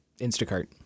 Instacart